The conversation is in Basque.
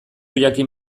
jakin